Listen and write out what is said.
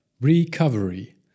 Recovery